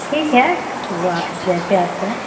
ठीक है वह आप जैसे आप कहें